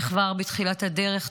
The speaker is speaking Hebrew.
כבר בתחילת הדרך,